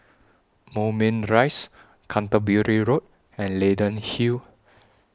Moulmein Rise Canterbury Road and Leyden Hill